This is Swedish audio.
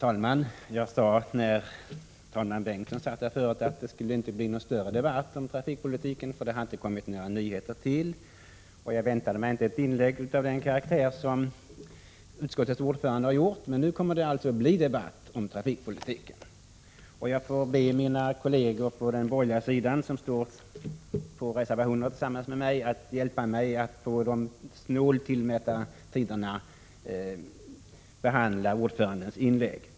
Herr talman! Kurt Hugosson sade förut att det inte skulle bli någon större debatt om trafikpolitiken, för det hade inte tillkommit några nyheter. Jag väntade mig inte ett tillägg av den karaktär som utskottets ordförande här gjort. Nu kommer det alltså att bli en debatt om trafikpolitiken. Jag får be mina kolleger på den borgerliga sidan som med mig stöder reservationen att hjälpa mig att inom de snåluppmätta tiderna bemöta ordföranden.